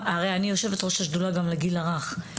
הרי, אני גם יושבת ראש השדולה לגיל הרך.